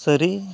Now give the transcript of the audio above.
ᱥᱟᱹᱨᱤ